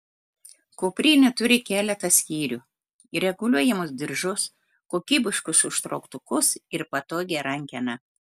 kuprinė turi keletą skyrių reguliuojamus diržus kokybiškus užtrauktukus ir patogią rankeną